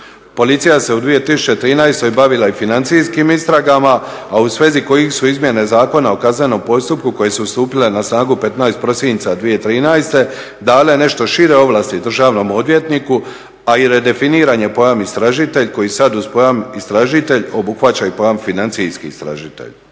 Policija se u 2013. bavila i financijskim istragama, a u svezi kojih su izmjene zakona o kaznenom postupku koje su stupile na snagu 15. prosinca 2013., dale nešto šire ovlasti državnom odvjetniku, a i redefiniranje pojam istražitelj koji sad uz pojam istražitelj obuhvaća i pojam financijski istražitelj.